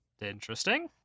Interesting